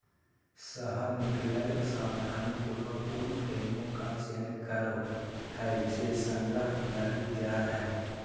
शहद निकलैय सावधानीपूर्वक उन फ्रेमों का चयन करो हइ जे संग्रह लगी तैयार हइ